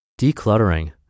Decluttering